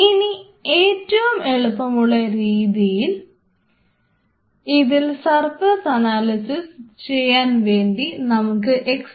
ഇനി ഏറ്റവും എളുപ്പമുള്ള രീതിയിൽ ഇതിൽ സർഫസ് അനാലിസിസ് ചെയ്യാൻ വേണ്ടി നമുക്ക് എക്സ്